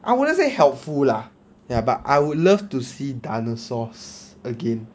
I wouldn't say helpful lah ya but I would love to see dinosaurs again